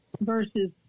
versus